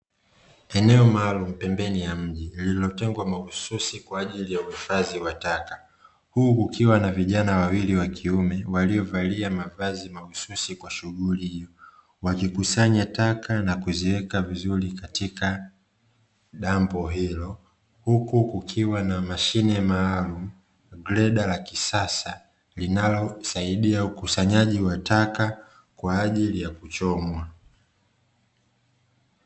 Eneo maalum pembeni ya mji, lililotengwa mahususi kwa ajili ya uhifadhi wa taka. Huku kukiwa na vijana wawili wa kiume waliovalia mavazi mahususi kwa shughuli hiyo, wakikusanya taka na kuziweka vizuri katika dampo hilo. Huku kukiwa na mashine maalumu greda la kisasa linalosaidia ukusanyaji wa taka kwa ajili ya kuchomwa.